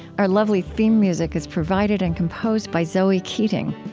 our lovely theme music is provided and composed by zoe keating.